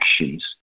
actions